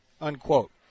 unquote